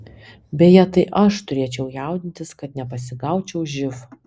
beje tai aš turėčiau jaudintis kad nepasigaučiau živ